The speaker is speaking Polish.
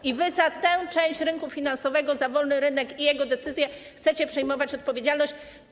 I wy za tę część rynku finansowego, za wolny rynek i jego decyzje chcecie przejmować odpowiedzialność.